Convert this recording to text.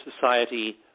society